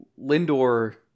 Lindor